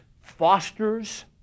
fosters